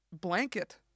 blanket